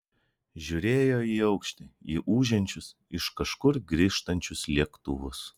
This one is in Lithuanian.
žiūrėjo į aukštį į ūžiančius iš kažkur grįžtančius lėktuvus